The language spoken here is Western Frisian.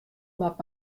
moat